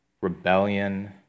rebellion